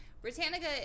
Britannica